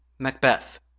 Macbeth